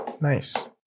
Nice